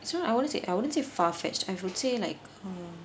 so I wouldn't s~ I wouldn't say far-fetched I would say like um